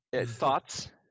thoughts